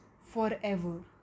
forever